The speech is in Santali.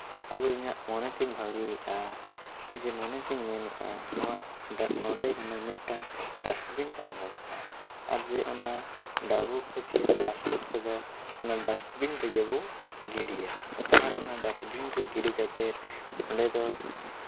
ᱟᱫᱚ ᱤᱧᱟᱹᱜ ᱢᱚᱱᱮ ᱛᱤᱧ ᱵᱷᱟᱹᱵᱤᱭᱮᱜᱼᱟ ᱡᱮ ᱢᱚᱱᱮ ᱛᱤᱧ ᱢᱮᱱᱮᱫᱼᱟ ᱱᱚᱰᱮ ᱦᱩᱱᱟᱹᱝ ᱢᱤᱫᱴᱟᱱ ᱰᱟᱥᱴᱵᱤᱱ ᱛᱟᱦᱮᱸ ᱫᱚᱨᱠᱟᱨ ᱟᱨ ᱚᱱᱟ ᱰᱟᱹᱵᱩ ᱠᱚᱥᱮ ᱯᱞᱟᱥᱴᱤᱠ ᱠᱚᱫᱚ ᱚᱱᱟ ᱰᱟᱥᱴᱵᱤᱱ ᱨᱮᱜᱮ ᱵᱚᱱ ᱜᱤᱰᱤᱭᱟ ᱟᱨ ᱚᱱᱟ ᱰᱟᱥᱴᱵᱤᱱ ᱨᱮ ᱜᱤᱰᱤ ᱠᱟᱛᱮ ᱚᱸᱰᱮ ᱫᱚ